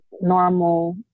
normal